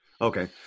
Okay